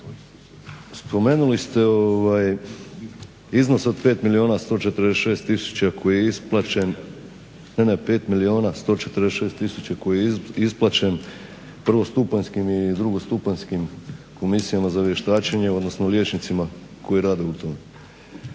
spomenuli ste iznos od 5 milijuna 146 tisuća koji je isplaćen prvostupanjskim i drugostupanjskim komisijama za vještačenje, odnosno liječnicima koji rade u tome.